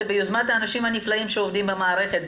זה ביוזמת האנשים הנפלאים שעובדים במערכת,